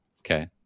Okay